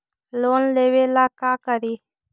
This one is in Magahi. लोन लेबे ला का करि?